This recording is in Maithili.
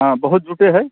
हँ बहुत जुटैत हइ